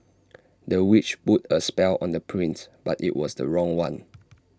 the witch put A spell on the prince but IT was the wrong one